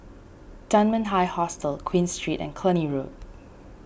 Dunman High Hostel Queen Street and Cluny Road